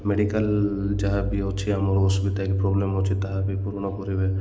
medical ଯାହା ବି ଅଛି ଆମ ଅସୁବିଧା କି ପ୍ରୋବ୍ଲେମ୍ ଅଛି ତାହା ବି ପୂରଣ କରିବେ